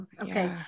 Okay